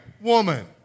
woman